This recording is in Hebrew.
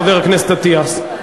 חבר הכנסת אטיאס,